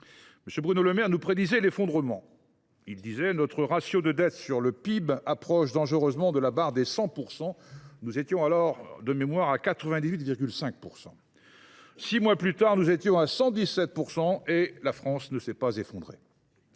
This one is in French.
M. Le Maire nous prédisait l’effondrement, indiquant que notre ratio de dette sur PIB approchait dangereusement de la barre des 100 %. Nous étions alors à 98,5 %, je crois. Six mois plus tard, nous étions à 117 %, et la France ne s’est pas effondrée.